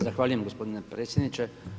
Zahvaljujem gospodine predsjedniče.